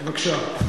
בבקשה.